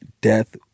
death